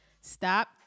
stop